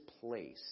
place